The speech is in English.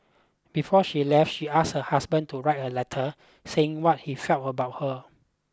before she left she asked her husband to write a letter saying what he felt about her